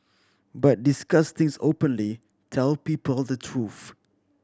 but discuss things openly tell people the truth